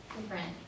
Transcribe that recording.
different